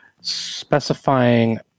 specifying